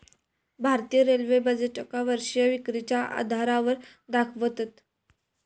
भारतीय रेल्वे बजेटका वर्षीय विक्रीच्या आधारावर दाखवतत